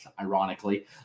ironically